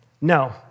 No